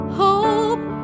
hope